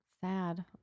sad